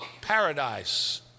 paradise